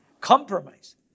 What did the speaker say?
compromise